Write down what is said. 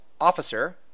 officer